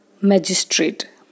Magistrate